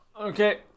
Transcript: okay